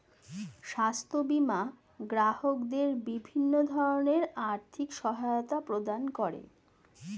স্বাস্থ্য বীমা গ্রাহকদের বিভিন্ন ধরনের আর্থিক সহায়তা প্রদান করে